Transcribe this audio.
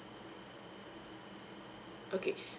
okay